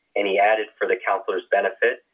and he added for the counselor's benefit,